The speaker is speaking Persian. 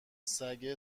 سگه